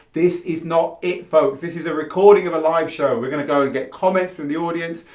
this is not it folks, this is a recording of a live show. we're going to go and get comments from the audience,